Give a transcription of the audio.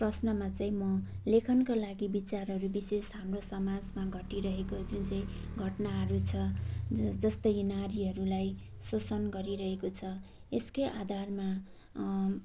प्रश्नमा चाहिँ म लेखनका लागि विचारहरू विशेष हाम्रो समाजमा घटिरहेको जुन चाहिँ घटनाहरू छ ज जस्तै नारीहरूलाई शोषण गरिरहेको छ यसकै आधारमा